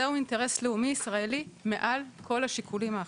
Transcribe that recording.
זהו אינטרס לאומי ישראלי מעל כל השיקולים האחרים,